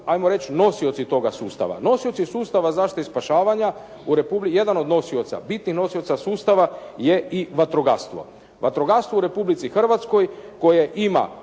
hajmo reći nosioci toga sustava, nosioci sustava zaštite i spašavanja. Jedan od nosioca, biti nosioca sustava je i vatrogastvo, Vatrogastvo u Republici Hrvatskoj koje ima